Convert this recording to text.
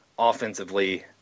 offensively